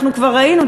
כבר ראינו,